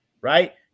right